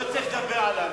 לא צריך לדבר עליו,